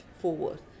forward